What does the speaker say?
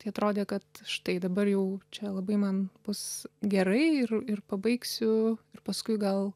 tai atrodė kad štai dabar jau čia labai man bus gerai ir ir pabaigsiu ir paskui gal